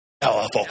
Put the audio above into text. powerful